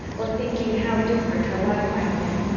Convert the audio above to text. or thinking how different her life might have been,